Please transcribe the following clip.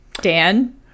Dan